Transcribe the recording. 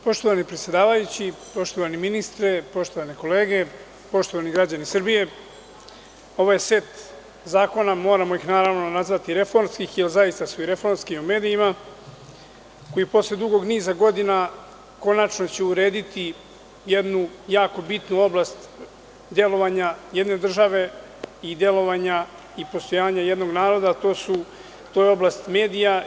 Poštovani predsedavajući, poštovani ministre, poštovane kolege, poštovani građani Srbije, ovaj set zakona o medijima moramo nazvati reformskim, jer zakoni su zaista i reformski, koji će posle dugog niza godina konačno urediti jednu jako bitnu oblast delovanja jedne države i delovanja i postojanja jednog naroda, a to je oblast medija.